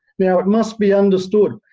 now, it must be understood,